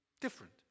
different